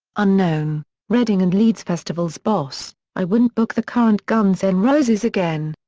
unknown reading and leeds festivals boss i wouldn't book the current guns n roses again'.